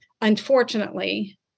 unfortunately